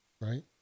right